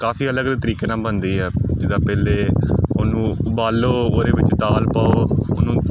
ਕਾਫੀ ਅਲੱਗ ਅਲੱਗ ਤਰੀਕੇ ਨਾਲ ਬਣਦੀ ਆ ਜਿੱਦਾਂ ਪਹਿਲੇ ਉਹਨੂੰ ਉਬਾਲੋ ਉਹਦੇ ਵਿੱਚ ਦਾਲ ਪਾਓ ਉਹਨੂੰ